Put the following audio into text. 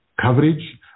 Coverage